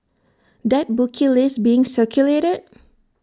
that bookie list being circulated